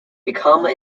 become